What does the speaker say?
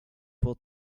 for